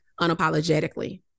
unapologetically